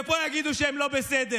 ופה יגידו שהם לא בסדר.